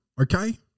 okay